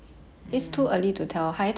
mm